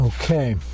Okay